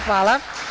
Hvala.